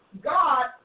God